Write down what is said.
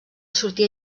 sortir